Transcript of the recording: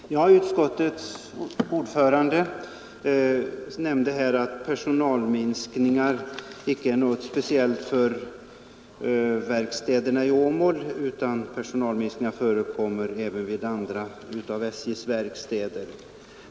Herr talman! Utskottets ordförande nämnde att personalminskningar inte är något speciellt för verkstaden i Åmål, utan personalminskningar förekommer även vid andra av SJ:s verkstäder.